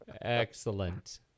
Excellent